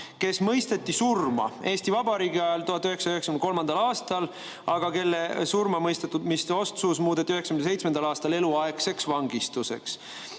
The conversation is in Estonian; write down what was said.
kes mõisteti surma Eesti Vabariigi ajal, 1993. aastal, aga kelle surmamõistmise otsus muudeti 1997. aastal eluaegseks vangistuseks.